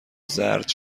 زرد